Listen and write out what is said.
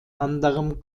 anderem